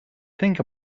think